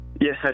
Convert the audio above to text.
Yes